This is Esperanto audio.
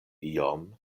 iom